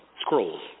scrolls